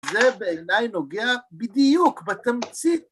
‫זה בעיניי נוגע בדיוק בתמצית...